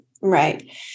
right